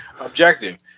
objective